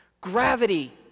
gravity